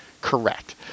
correct